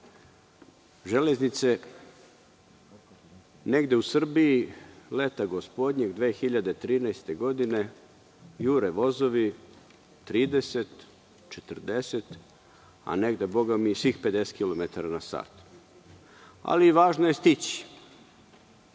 železnice negde u Srbiji leta gospodnjeg 2013. godine, jure vozovi 30, 40, a negde bogami i svih 50 km na sat. Ali, važno je stići.